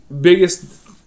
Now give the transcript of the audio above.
biggest